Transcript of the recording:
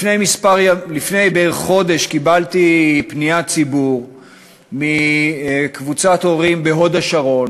לפני בערך חודש קיבלתי פניית ציבור מקבוצת הורים בהוד-השרון